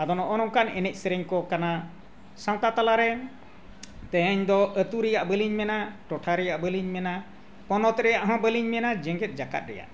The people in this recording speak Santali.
ᱟᱫᱚ ᱱᱚᱜᱼᱚ ᱱᱚᱝᱠᱟᱱ ᱮᱱᱮᱡ ᱥᱮᱨᱮᱧ ᱠᱚ ᱠᱟᱱᱟ ᱥᱟᱶᱛᱟ ᱛᱟᱞᱟᱨᱮ ᱛᱮᱦᱮᱧ ᱫᱚ ᱟᱛᱳ ᱨᱮᱱᱟᱜ ᱵᱟᱹᱞᱤᱧ ᱢᱮᱱᱟ ᱴᱚᱴᱷᱟ ᱨᱮᱱᱟᱜ ᱵᱟᱹᱞᱤᱧ ᱢᱮᱱᱟ ᱯᱚᱱᱚᱛ ᱨᱮᱱᱟᱜ ᱦᱚᱸ ᱵᱟᱹᱞᱤᱧ ᱢᱮᱱᱟ ᱡᱮᱜᱮᱫ ᱡᱟᱠᱟᱛ ᱨᱮᱱᱟᱜ